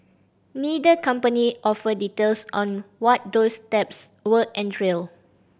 neither company offered details on what those steps will entail